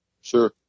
Sure